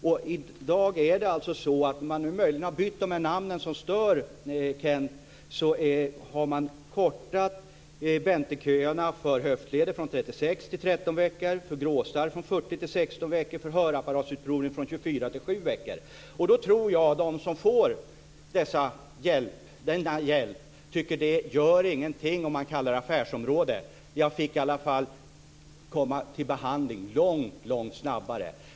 I dag har man, även om man nu har bytt till de namn som stör Kent Härstedt, kortat väntetiderna för höftledsoperationer från 36 veckor till 13, för gråstarr från 40 veckor till 16 och för hörapparatsutprovning från 24 till 7 veckor. Jag tror att de som får denna hjälp inte tycker att det gör någonting om man kallar det för affärsområde. De fick i alla fall komma till behandling långt snabbare.